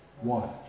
one